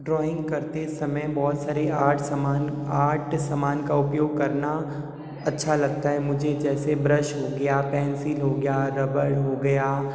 drawing करते समय बहुत सारी आर्ट सामान आर्ट सामान का उपयोग करना अच्छा लगता है मुझे जैसे ब्रश हो गया पेंसिल हो गया रबर हो गया